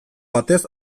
batez